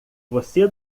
você